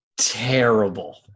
terrible